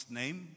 name